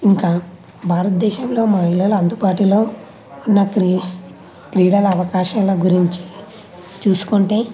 ఇంకా భారతదేశంలో మహిళల అందుబాటులో ఉన్న క్రీడ క్రీడల అవకాశాల గురించి చూసుకుంటే